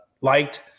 liked